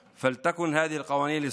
אבל הממשלה הנוכחית שמה בראש סולם העדיפויות